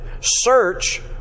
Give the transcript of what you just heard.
search